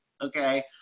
okay